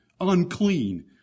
unclean